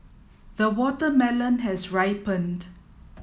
the watermelon has ripened